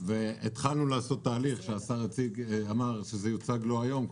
התחלנו לעשות תהליך שהשר אמר שיוצג לו היום.